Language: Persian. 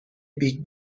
بیگ